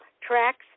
tracks